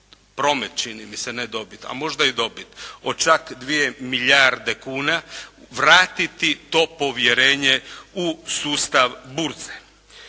promet čini mi se, ne dobit, a možda i dobit, od čak 2 milijarde kuna, vratiti to povjerenje u sustav burze.